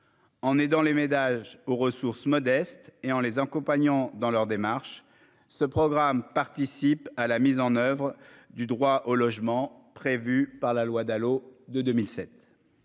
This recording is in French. On est dans les ménages aux ressources modestes et en les accompagnant dans leurs démarches, ce programme participe à la mise en oeuvre du droit au logement prévue par la loi Dalo de 2007,